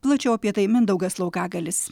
plačiau apie tai mindaugas laukagalis